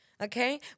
Okay